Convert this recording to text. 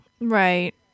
right